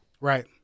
Right